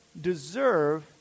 deserve